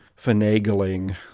finagling